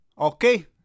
Okay